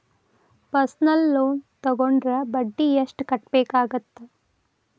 personal loan ತೊಗೊಂಡ್ರ ಬಡ್ಡಿ ಎಷ್ಟ್ ಕಟ್ಟಬೇಕಾಗತ್ತಾ